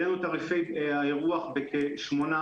העלינו את תעריפי האירוח בכ-8%,